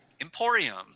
Emporium